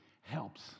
helps